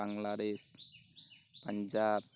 Bangladesh Punjab